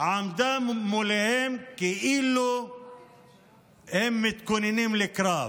כאילו הם מתכוננים לקרב.